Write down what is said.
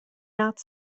not